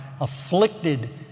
afflicted